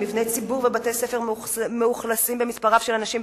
מבני ציבור ובתי-ספר המאוכלסים במספר רב של אנשים,